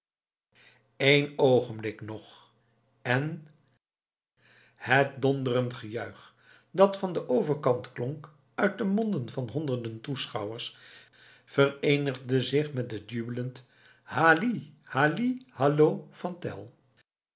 eén oogenblik nog en het donderend gejuich dat van den overkant klonk uit de monden van honderden toeschouwers vereenigde zich met het jubelend halli halli hallo van tell